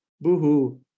boo-hoo